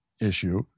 issue